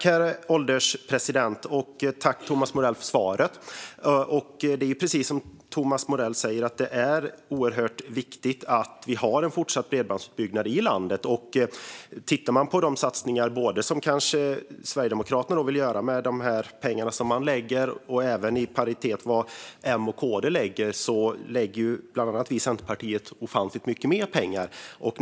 Herr ålderspresident! Tack, Thomas Morell, för svaret! Det är precis som Thomas Morell säger. Det är oerhört viktigt att vi har en fortsatt bredbandsutbyggnad i landet. Man kan titta på de satsningar som Sverigedemokraterna vill göra med de pengar som de lägger på detta. Man kan även titta på vad M och KD lägger på detta. Bland annat vi i Centerpartiet lägger ofantligt mycket mer pengar på det här.